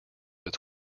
its